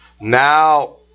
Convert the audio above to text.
now